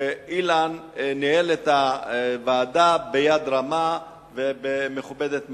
שאילן ניהל את הוועדה ביד רמה ומכובדת מאוד.